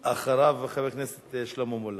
אחריו, חבר הכנסת שלמה מולה.